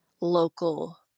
local